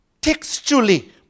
Textually